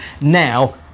now